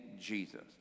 Jesus